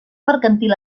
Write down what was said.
mercantil